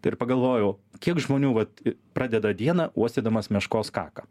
tai ir pagalvojau kiek žmonių vat pradeda dieną uostydamas meškos kaką